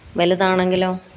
വലുതാണെങ്കിലോ